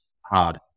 hard